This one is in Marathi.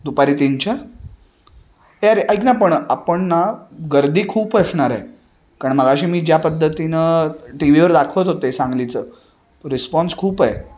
दुपारी तीनच्या ए अरे ऐक ना पण आपण ना गर्दी खूप असणार आहे कारण मगाशी मी ज्या पद्धतीनं टी व्हीवर दाखवत होते सांगलीचं रिस्पॉन्स खूप आहे